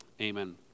Amen